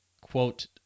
quote